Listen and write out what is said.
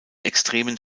extremen